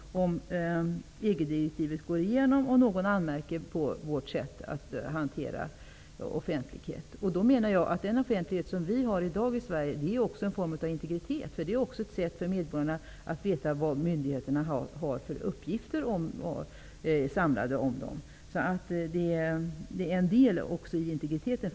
Den offentlighet vi har i dag i Sverige är också en form av integritet. Den är ett sätt för medborgarna att veta vilka uppgifter myndigheterna har samlade om dem. Öppenheten är en del i integriteten.